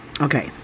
okay